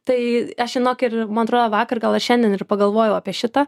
tai aš žinok ir man atrodo vakar gal ar šiandien ir pagalvojau apie šitą